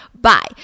bye